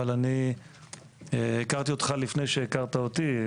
אבל אני הכרתי אותך לפני שהכרת אותי.